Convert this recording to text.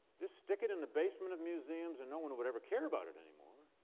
just stick it in the basement of museums and no one would ever care about it anymore,